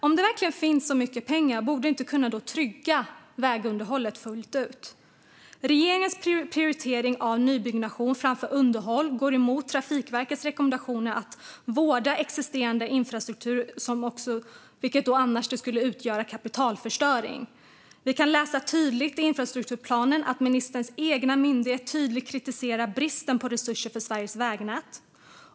Om det verkligen finns så mycket pengar, borde man då inte kunna trygga vägunderhållet fullt ut? Regeringens prioritering av nybyggnation framför underhåll går emot Trafikverkets rekommendation att vårda existerande infrastruktur och utgör kapitalförstöring. Vi kan läsa i infrastrukturplanen att ministerns egen myndighet tydligt kritiserar bristen på resurser till Sveriges vägnät.